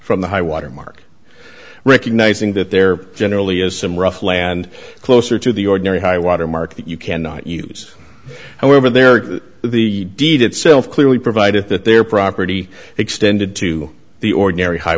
from the high water mark recognizing that there generally is some rough land closer to the ordinary high water mark that you cannot use however there are the deed itself clearly provided that their property extended to the ordinary high